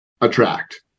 attract